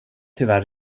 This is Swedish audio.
tyvärr